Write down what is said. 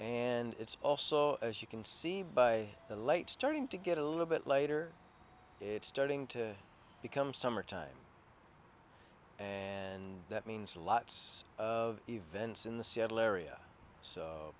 and it's also as you can see by the light starting to get a little bit later it's starting to become summertime and that means lots of events in the seattle area so